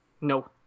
No